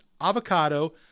avocado